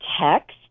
text